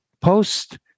post